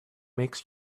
makes